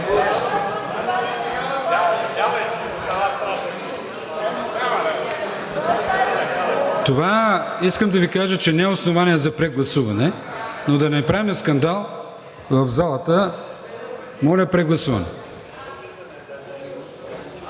Искам да Ви кажа, че това не е основание за прегласуване, но да не правим скандал в залата, моля, прегласуване.